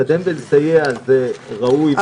לקדם ולסייע זה נכון וראוי,